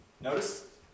Notice